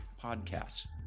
podcasts